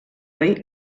rei